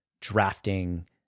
drafting